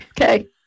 Okay